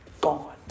gone